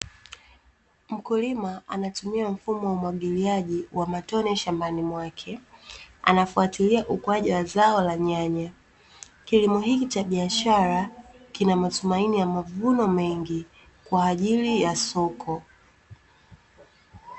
Mkulima anatumia mfumo wa umwagiliaji wa matone shambani mwake, anafuatilia ukuaji wa zao la nyanya. Kilimo hiki cha biashara kina matumaini ya mavuno mengi, kwa ajili ya soko.